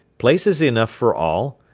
places enough for all.